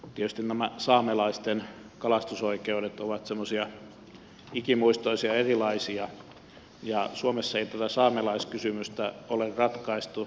tietysti nämä saamelaisten kalastusoikeudet ovat semmoisia ikimuistoisia erilaisia ja suomessa ei tätä saamelaiskysymystä ole ratkaistu